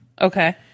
okay